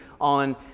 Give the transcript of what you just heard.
on